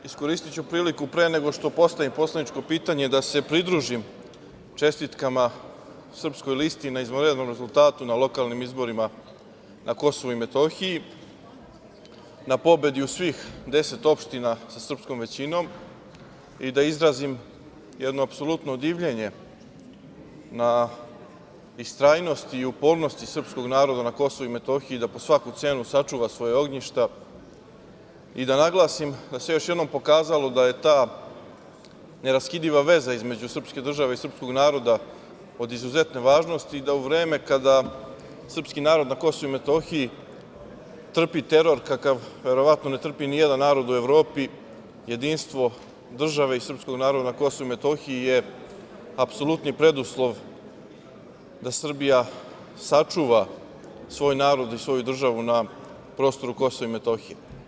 Iskoristiću priliku pre nego što postavim poslaničko pitanje, da se pridružim čestitkama Srpskoj listi na izvanrednom rezultatu na lokalnim izborima na KiM, na pobedi u svih deset opština sa srpskom većinom i da izrazim jedno apsolutno divljenje na istrajnosti i upornosti srpskog naroda na KiM da po svaku cenu sačuva svoje ognjišta i da naglasim, da se još jednom pokazalo da je ta neraskidiva veza između srpske države i srpskog naroda od izuzetne važnosti, da u vreme kada srpski narod na KiM trpi teror, kakav verovatno ne trpi ni jedan narod u Evropi, jedinstvo države i srpskog naroda na KiM je apsolutni preduslov da Srbija sačuva svoj narod i svoju državu na prostoru KiM.